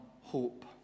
hope